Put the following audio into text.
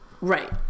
Right